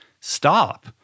stop